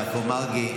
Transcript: השר יעקב מרגי,